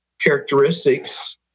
characteristics